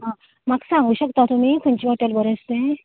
आं म्हाका सांगू शकता तुमी खंयचे तें बरें आसा तें